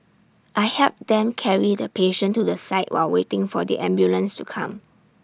I helped them carry the patient to the side while waiting for the ambulance to come